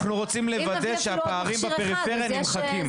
אנחנו רוצים לוודא שהפערים בפריפריה נמחקים.